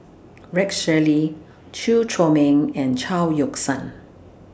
Rex Shelley Chew Chor Meng and Chao Yoke San